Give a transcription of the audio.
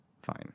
Fine